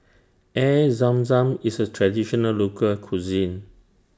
Air Zam Zam IS A Traditional Local Cuisine